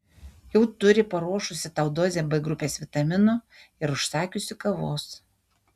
jau turi paruošusi tau dozę b grupės vitaminų ir užsakiusi kavos